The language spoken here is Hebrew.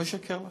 לא אשקר לך.